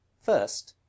First